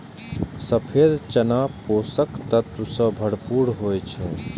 सफेद चना पोषक तत्व सं भरपूर होइ छै